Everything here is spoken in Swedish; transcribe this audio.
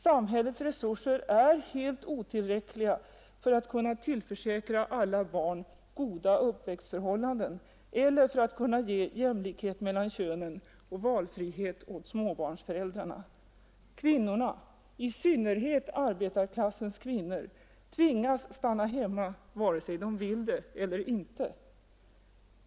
Samhällets resurser är helt otillräckliga för att kunna tillförsäkra alla barn goda uppväxtförhållanden eller för att ge jämlikhet mellan könen och valfrihet år småbarnsföräldrarna. Kvinnorna, i synnerhet arbetarklassens kvinnor, tvingas stanna hemma vare sig de vill eller inte.